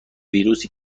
ویروسی